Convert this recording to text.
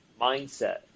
mindset